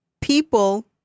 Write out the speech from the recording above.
people